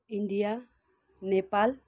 India Nepal